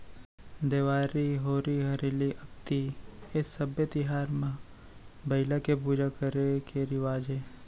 देवारी, होरी हरेली, अक्ती ए सब्बे तिहार म बइला के पूजा करे के रिवाज हे